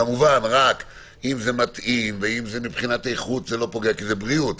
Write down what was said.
כמובן רק אם זה מתאים ואם מבחינת איכות זה לא פוגע כי זה בריאות,